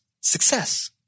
success